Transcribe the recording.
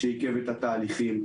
שעיכב את התהליכים,